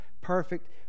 perfect